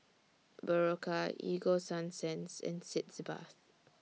Berocca Ego Sunsense and Sitz Bath